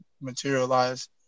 materialize